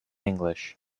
english